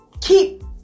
Keep